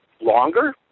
longer